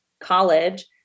college